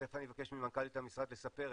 תיכף אני אבקש ממנכ"לית המשרד לספר,